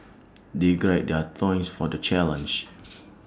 they gird their loins for the challenge